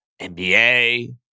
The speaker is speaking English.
NBA